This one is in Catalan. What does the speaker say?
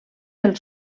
del